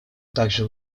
также